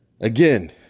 Again